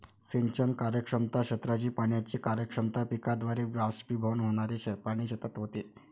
सिंचन कार्यक्षमता, क्षेत्राची पाण्याची कार्यक्षमता, पिकाद्वारे बाष्पीभवन होणारे पाणी शेतात होते